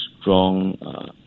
strong